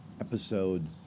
episode